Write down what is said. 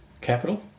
capital